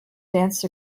danced